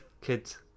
Kids